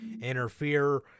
interfere